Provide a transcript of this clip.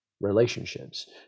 relationships